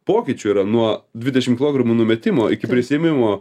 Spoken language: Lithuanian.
pokyčių yra nuo dvidešim kilogramų numetimo iki prisiėmimo